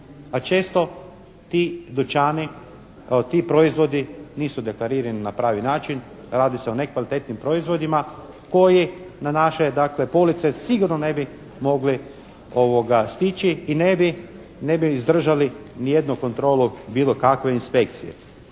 dućani, ti proizvodi nisu deklarirani na pravi način. Radi se o nekvalitetnim proizvodima koji na naše dakle police sigurno ne bi mogli stići i ne bi izdržali ni jednu kontrolu bilo kakve inspekcije.